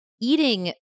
eating